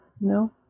no